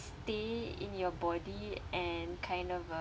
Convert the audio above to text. stay in your body and kind of uh